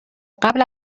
قبل